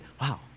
Wow